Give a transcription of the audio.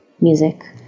music